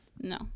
no